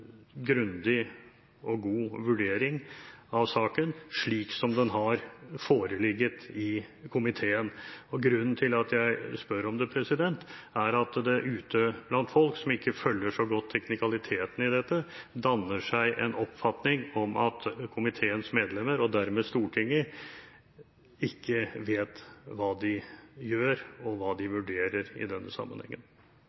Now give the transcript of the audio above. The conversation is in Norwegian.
grundig og god vurdering av saken, slik den har foreligget i komiteen? Grunnen til at jeg spør om det, er at det ute blant folk, som ikke følger så godt teknikaliteten i dette, danner seg en oppfatning om at komiteens medlemmer – og dermed Stortinget – ikke vet hva de gjør og hva de